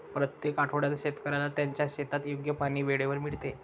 प्रत्येक आठवड्यात शेतकऱ्याला त्याच्या शेतात योग्य पाणी वेळेवर मिळते